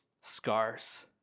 scars